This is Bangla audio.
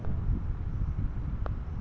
কৃষি ঋণ কোন কোন ব্যাংকে উপলব্ধ?